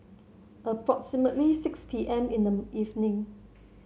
approximately six P M in the evening